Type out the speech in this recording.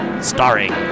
Starring